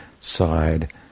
side